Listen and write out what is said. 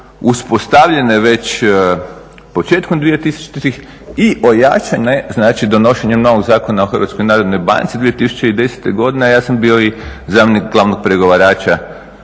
uspostavljene već početkom 2000-ih i ojačane znači donošenjem novog Zakona o HNB-u 2010. godine, a ja sam bio i zamjenik glavnog pregovarača